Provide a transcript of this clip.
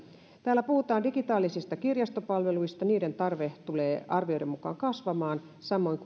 täällä puhutaan digitaalisista kirjastopalveluista niiden tarve tulee arvioiden mukaan kasvamaan samoin